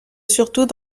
surtout